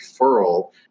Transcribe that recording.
referral